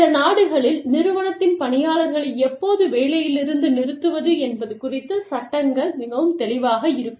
சில நாடுகளில் நிறுவனத்தின் பணியாளர்களை எப்போது வேலையிலிருந்து நிறுத்துவது என்பது குறித்து சட்டங்கள் மிகவும் தெளிவாக இருக்கும்